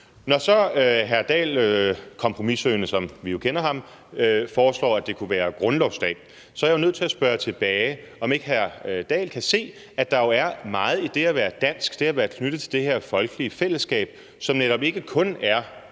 Når så hr. Henrik Dahl – kompromissøgende, som vi jo kender ham – foreslår, at det kunne være grundlovsdag, så er jeg jo nødt til at spørge tilbage, om ikke hr. Henrik Dahl kan se, at der jo er meget i det at være dansk, det at være knyttet til det her folkelige fællesskab, som netop ikke kun er